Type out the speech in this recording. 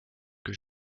que